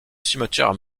cimetière